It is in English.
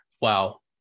wow